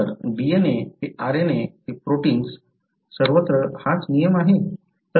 तर DNA ते RNA ते प्रोटिन्स सर्वत्र हाच नियम आहे